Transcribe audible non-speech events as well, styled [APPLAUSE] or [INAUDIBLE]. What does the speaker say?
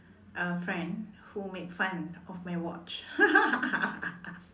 a friend who made fun of my watch [LAUGHS]